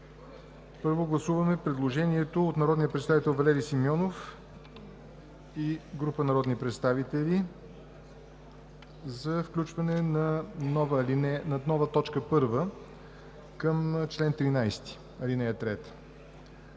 Първо гласуваме предложението на народния представител Валери Симеонов и група народни представители за включване на нова т. 1 към чл. 13, ал. 3.